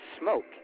smoke